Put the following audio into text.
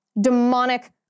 demonic